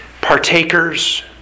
partakers